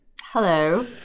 Hello